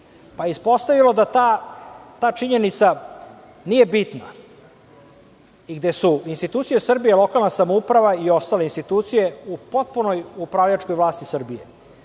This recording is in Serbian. se ispostavilo da ta činjenica nije bitna, gde su institucije Srbije, lokalna samouprava i ostale institucije u potpunoj upravljačkoj vlasti Srbije.